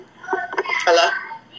Hello